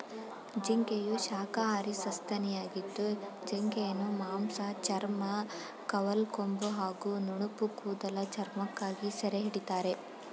ಜಿಂಕೆಯು ಶಾಖಾಹಾರಿ ಸಸ್ತನಿಯಾಗಿದ್ದು ಜಿಂಕೆಯನ್ನು ಮಾಂಸ ಚರ್ಮ ಕವಲ್ಕೊಂಬು ಹಾಗೂ ನುಣುಪುಕೂದಲ ಚರ್ಮಕ್ಕಾಗಿ ಸೆರೆಹಿಡಿತಾರೆ